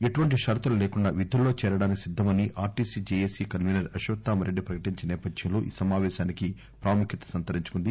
ఎటువంటి షరతులు లేకుండా విధుల్లో చేరడానికి సిద్దమని ఆర్టీసీ జెఎసి కన్వీనర్ అశ్వద్దామరెడ్డి ప్రకటించిన నేపథ్యంలో ఈ సమాపేశానికి ప్రాముఖ్యత సంతరించుకుంది